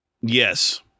yes